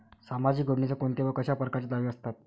सामाजिक योजनेचे कोंते व कशा परकारचे दावे असतात?